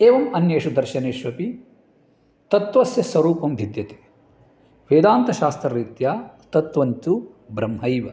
एवम् अन्येषु दर्शनेषु अपि तत्त्वस्य स्वरूपं भिद्यति वेदान्तशास्त्ररीत्या तत्त्वं तु ब्रह्मैव